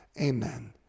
Amen